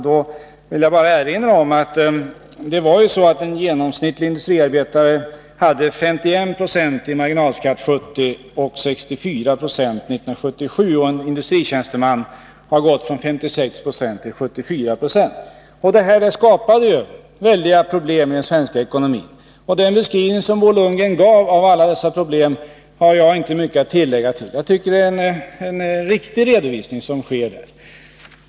Jag vill erinra om att en industriarbetare i genomsnitt hade 51 90 i marginalskatt 1970 och 64 96 1977, och en industritjänsteman har gått från 66 Yo till 74 26. Det här skapar väldiga problem i den svenska ekonomin, och jag har inte mycket att tillägga till den beskrivning Bo Lundgren gav av alla dessa problem. Det är en riktig redovisning.